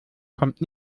kommt